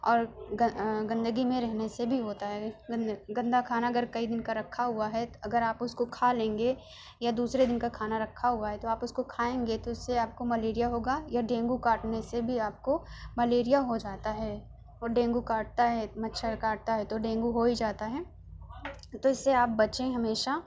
اور گندگی میں رہنے سے بھی ہوتا ہے گندہ کھانا اگر کئی دن کا رکھا ہوا ہے اگر آپ اس کو کھا لیں گے یا دوسرے دن کا کھانا رکھا ہوا ہے تو آپ اس کو کھائیں گے تو اس سے آپ کو ملیریا ہوگا یا ڈینگو کاٹنے سے بھی آپ کو ملیریا ہو جاتا ہے اور ڈینگو کاٹتا ہے مچھر کاٹتا ہے تو ڈینگو ہو ہی جاتا ہے تو اس سے آپ بچیں ہمیشہ